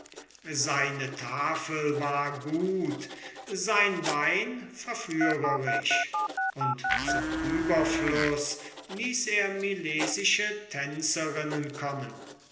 seine tafel war gut sein wein verführerisch und zum überfluß ließ er milesische tänzerinnen kommen